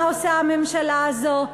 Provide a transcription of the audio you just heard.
מה עושה הממשלה הזאת?